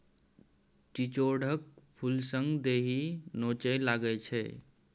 चिचोढ़क फुलसँ देहि नोचय लागलै